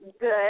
Good